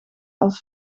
als